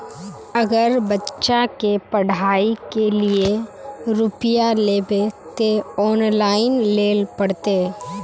अगर बच्चा के पढ़ाई के लिये रुपया लेबे ते ऑनलाइन लेल पड़ते?